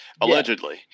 Allegedly